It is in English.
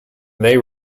they